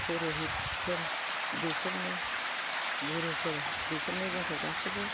पुरुहिदफोर बिसोरनो गुरुफोर बिसोरनो जोंखौ गासिबो